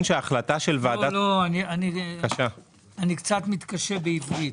אני קצת מתקשה בעברית.